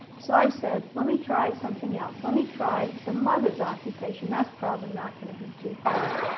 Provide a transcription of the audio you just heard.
so i said let me try something else, let me try the mother's occupation, that's probably not going to be too hard